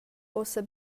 ussa